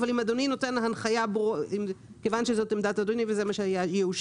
אבל אם אדוני נותן הנחיה כיוון שזאת עמדת אדוני וזה מה שיאושר